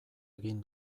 egin